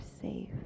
safe